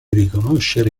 riconoscere